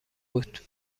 بود